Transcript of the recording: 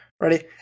Ready